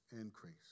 increase